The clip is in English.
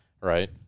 Right